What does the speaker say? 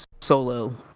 solo